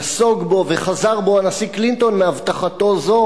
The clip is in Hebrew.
נסוג וחזר בו הנשיא קלינטון מהבטחתו זו